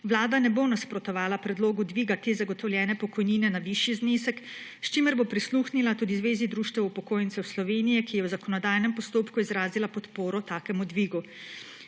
Vlada ne bo nasprotovala predlogu dviga te zagotovljene pokojnine na višji znesek, s čimer bo prisluhnila tudi Zvezi društev upokojencev Slovenije, ki je v zakonodajnem postopku izrazila podporo takemu dvigu.